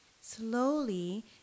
slowly